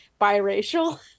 biracial